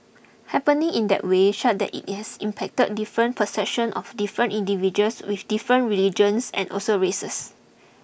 happening in that way such that it has impacted different perceptions of different individuals with different religions and also races